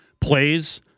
plays